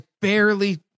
barely